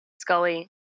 Scully